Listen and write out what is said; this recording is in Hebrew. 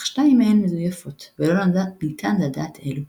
אך שתיים מהן מזויפות, ולא ניתן לדעת אילו.